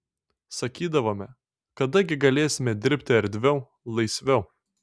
sakydavome kada gi galėsime dirbti erdviau laisviau